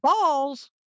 balls